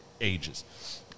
ages